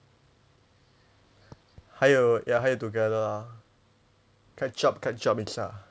还有 ya 还有 together ah catch up catch up 一下